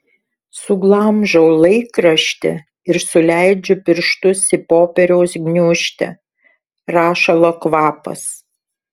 suglamžau laikraštį ir suleidžiu pirštus į popieriaus gniūžtę rašalo kvapas